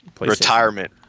retirement